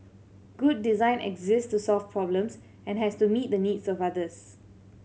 good design exists to solve problems and has to meet the needs of others